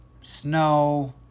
Snow